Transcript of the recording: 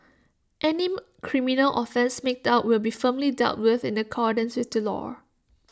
any criminal offence made out will be firmly dealt with in accordance with the law